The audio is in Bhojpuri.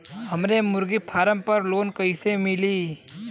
हमरे मुर्गी फार्म पर लोन कइसे मिली?